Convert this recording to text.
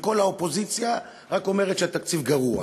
וכל האופוזיציה רק אומרת שהתקציב גרוע,